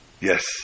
yes